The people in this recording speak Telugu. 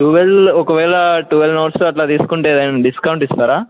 టువెల్ ఒకవేళ టువెల్ నోట్స్ అట్లా తీసుకుంటే ఏదైనా డిస్కౌంట్ ఇస్తారా